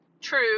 true